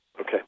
Okay